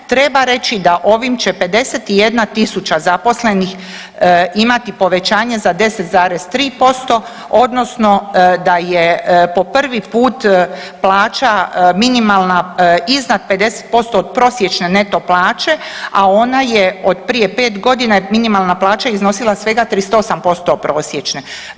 Treba reći da ovim će 51 tisuća zaposlenih imati povećanje za 10,3% odnosno da je po prvi put plaća minimalna iznad 50% od prosječne neto plaće, a ona je od prije 5 godina je minimalna plaća iznosila svega 35% od prosječne.